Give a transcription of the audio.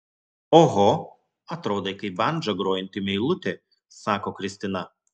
oho atrodai kaip bandža grojanti meilutė sako kristina